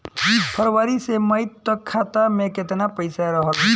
फरवरी से मई तक खाता में केतना पईसा रहल ह?